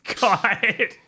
god